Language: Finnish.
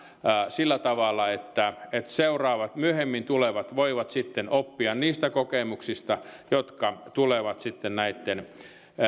sillä tavalla että että seuraavat myöhemmin tulevat voivat sitten oppia niistä kokemuksista jotka tulevat